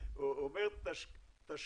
הוא אומר שהקרן